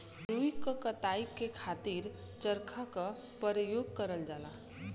रुई क कताई के खातिर चरखा क परयोग करल जात रहल